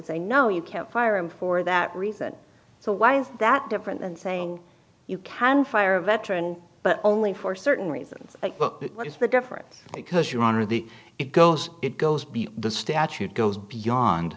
say no you can't fire him for that reason so why is that different than saying you can fire a veteran but only for certain reasons book is for difference because your honor the it goes it goes b the statute goes beyond